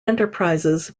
enterprises